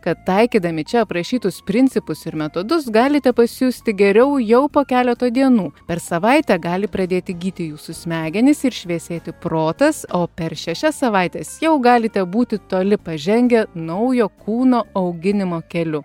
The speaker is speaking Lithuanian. kad taikydami čia aprašytus principus ir metodus galite pasijusti geriau jau po keleto dienų per savaitę gali pradėti gyti jūsų smegenys ir šviesėti protas o per šešias savaites jau galite būti toli pažengę naujo kūno auginimo keliu